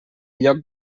lloc